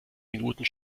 minuten